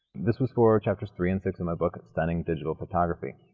this was for chapters three and six in my book stunning digital photography.